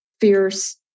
fierce